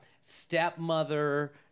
stepmother